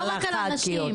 לא רק על הנשים,